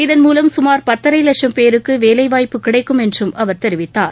இதன் மூலம் கமார் பத்தரை லட்சம் பேருக்கு வேலைவாய்ப்பு கிடைக்கும் என்றும் அவர் தெரிவித்தார்